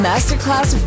Masterclass